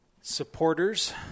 supporters